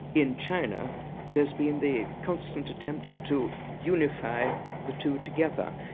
in china there's been the constant attempt to unify the two together.